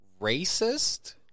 racist